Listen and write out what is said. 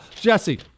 Jesse